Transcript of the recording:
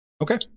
Okay